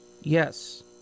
Yes